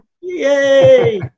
Yay